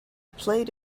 played